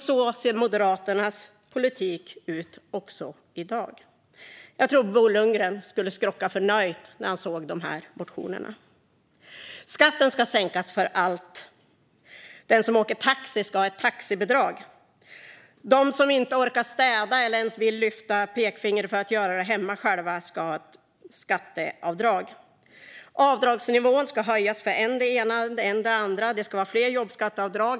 Så ser Moderaternas politik ut också i dag. Jag tror att Bo Lundgren skulle skrocka förnöjt om han såg de här motionerna. Skatten ska sänkas för allt. Den som åker taxi ska ha ett taxibidrag. De som inte orkar städa eller vill lyfta ett finger för att själva göra det hemma ska ha ett skatteavdrag. Avdragsnivån för än det ena, än det andra ska höjas. Det ska vara fler jobbskatteavdrag.